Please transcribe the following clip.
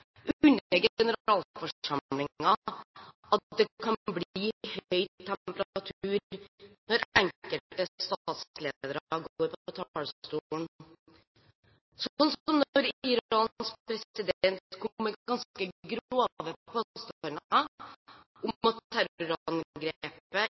i Generalforsamlingen at det kan bli høy temperatur når enkelte statsledere går på talerstolen, slik som da Irans president kom med ganske grove påstander, om